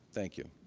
thank you.